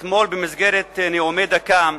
אתמול, במסגרת נאומי דקה,